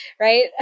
right